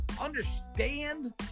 understand